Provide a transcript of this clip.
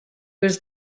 was